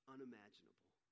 unimaginable